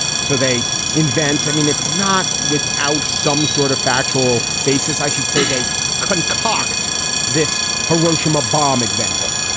so they invent i mean, it's not without some sort of factual basis, i should say. they concoct this hiroshima bomb example.